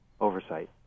oversight